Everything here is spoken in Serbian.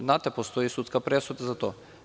Znate, postoji sudska presuda za to.